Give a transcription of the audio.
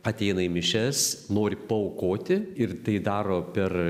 ateina į mišias nori paaukoti ir tai daro per